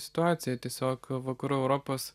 situacija tiesiog vakarų europos